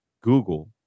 google